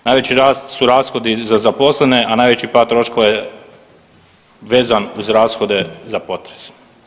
Najveći rast su rashodi za zaposlene, a najveći pad troškova je vezan uz rashode za potres.